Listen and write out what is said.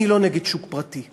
אני לא נגד שוק פרטי,